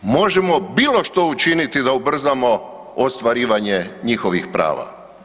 Možemo bilo što učiniti da ubrzamo ostvarivanje njihovih prava?